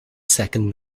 second